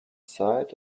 sight